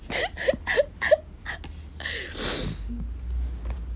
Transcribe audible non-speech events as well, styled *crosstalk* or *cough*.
*laughs*